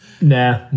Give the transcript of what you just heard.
Nah